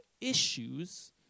issues